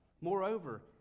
Moreover